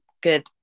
good